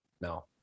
No